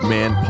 Man